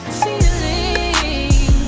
feeling